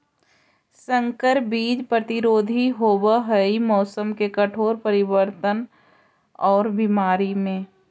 संकर बीज प्रतिरोधी होव हई मौसम के कठोर परिवर्तन और बीमारी में